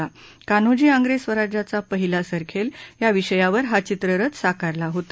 कान्होजी आंग्रे स्वराज्याचा पहिला सरखेल या विषयावर हा चित्ररथ साकारला होता